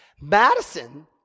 Madison